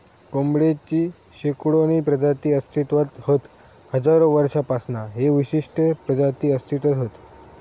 कोंबडेची शेकडोनी प्रजाती अस्तित्त्वात हत हजारो वर्षांपासना ही विशिष्ट प्रजाती अस्तित्त्वात हत